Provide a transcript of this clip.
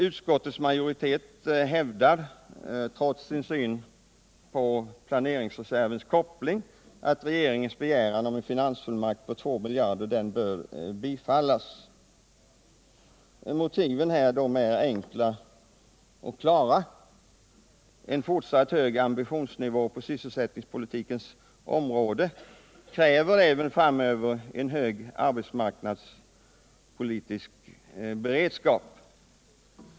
Utskottets majoritet hävdar trots sin syn på planeringsreservens koppling att regeringens begäran om en finansfullmakt på 2 miljarder bör bifallas. Motivet är enkelt och klart: En fortsatt hög ambitionsnivå på sysselsättningspolitikens område kräver även framöver en hög arbetsmarknadspolitisk beredskap.